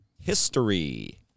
history